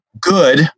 good